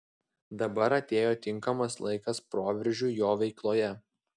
dabar atėjo tinkamas laikas proveržiui jo veikloje